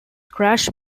crash